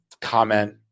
comment